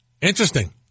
Interesting